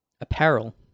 apparel